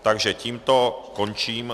Takže tímto končím...